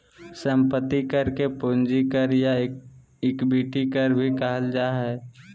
संपत्ति कर के पूंजी कर या इक्विटी कर भी कहल जा हइ